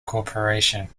corporation